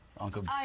Uncle